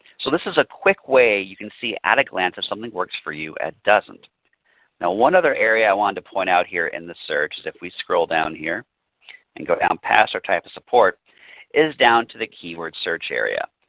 so this is a quick way you can see at a glance if something works for you and doesn't no one other area i want to point out here in this search is if we scroll down here and go down past our types of support is down to the keyword search area.